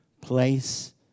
place